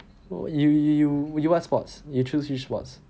you you you what sports you choose which sports